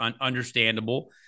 understandable